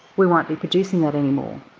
we won't be producing that anymore,